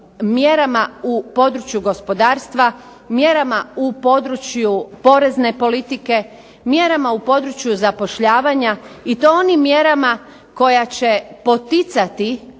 mjerama u području gospodarstva, mjerama u području porezne politike, mjerama u području zapošljavanja, i to onim mjerama koje će poticati